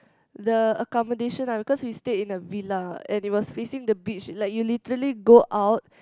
the accommodation lah because we stayed in a villa and it was facing the beach like you literally go out